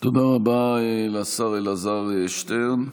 תודה רבה לשר אלעזר שטרן.